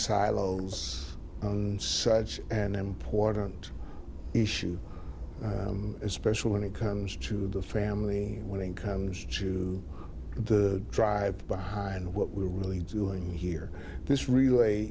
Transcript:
silos such an important issue especially when it comes to the family when it comes to the drive behind what we're really doing here this really